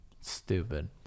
stupid